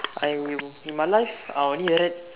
I in my life I only read